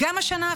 גם השנה,